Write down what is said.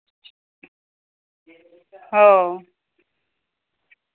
ও